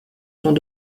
sont